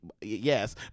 yes